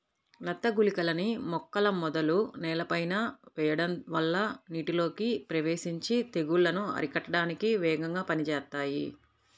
నత్త గుళికలని మొక్కల మొదలు నేలపైన వెయ్యడం వల్ల నీటిలోకి ప్రవేశించి తెగుల్లను అరికట్టడానికి వేగంగా పనిజేత్తాయి